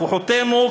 "כוחותינו",